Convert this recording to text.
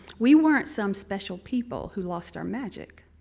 we weren't some special people who lost our magic.